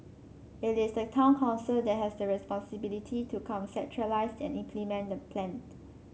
it is the town council that has the responsibility to conceptualise and implement the plan